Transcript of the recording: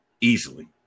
easily